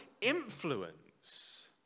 influence